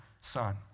Son